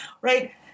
right